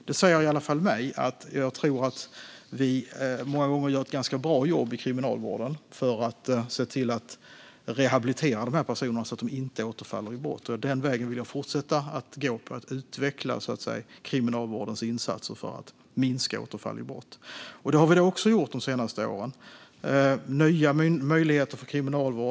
Detta säger i alla fall mig att kriminalvården många gånger gör ett ganska bra jobb för att rehabilitera dessa personer så att de inte återfaller i brott. Den vägen vill jag fortsätta att gå och utveckla kriminalvårdens insatser för att minska återfall i brott. Detta har vi också gjort de senaste åren genom att ge kriminalvården nya möjligheter.